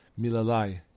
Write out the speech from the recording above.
Milalai